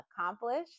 accomplished